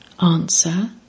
Answer